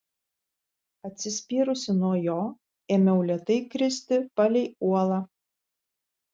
atsispyrusi nuo jo ėmiau lėtai kristi palei uolą